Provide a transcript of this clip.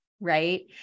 right